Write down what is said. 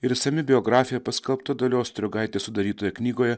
ir išsami biografija paskelbta dalios striogaitės sudarytoje knygoje